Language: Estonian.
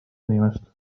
inimest